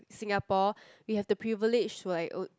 Singapore we have the privilege to like own